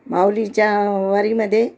माऊलीच्या वारीमध्ये